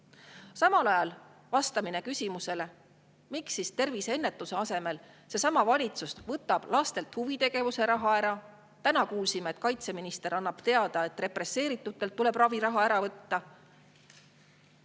Samuti vastas ta küsimusele, miks terviseennetuse asemel võtab valitsus lastelt huvitegevuse raha ära. Täna ka kuulsime, et kaitseminister andis teada, et represseeritutelt tuleb raviraha ära võtta.